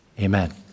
Amen